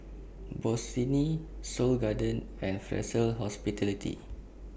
Bossini Seoul Garden and Fraser Hospitality